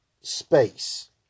space